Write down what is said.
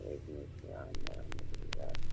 جی انشاء اللہ الحمد للہ